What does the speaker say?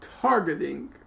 targeting